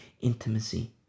Intimacy